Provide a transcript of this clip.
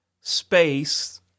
space